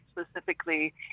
specifically